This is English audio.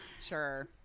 Sure